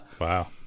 wow